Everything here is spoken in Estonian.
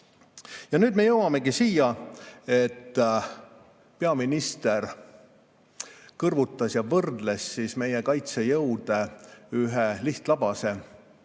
Ja nüüd me jõuamegi siia, et peaminister kõrvutas ja võrdles meie kaitsejõude ühe lihtlabase